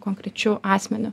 konkrečiu asmeniu